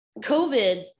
COVID